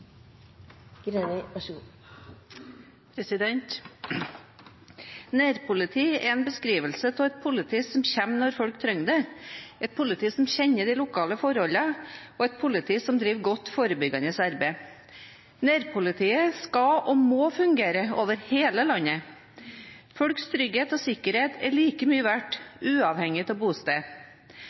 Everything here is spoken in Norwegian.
en beskrivelse av et politi som kommer når folk trenger det, et politi som kjenner de lokale forholdene, og et politi som driver godt forebyggende arbeid. Nærpolitiet skal og må fungere over hele landet. Folks trygghet og sikkerhet er like mye verdt, uavhengig av bosted.